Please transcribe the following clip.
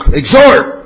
exhort